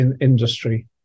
Industry